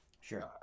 sure